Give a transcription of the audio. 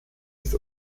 ist